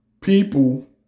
people